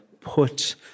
put